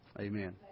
Amen